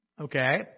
Okay